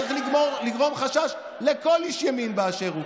וזה צריך לגרום חשש לכל איש ימין באשר הוא.